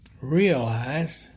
realize